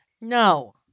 No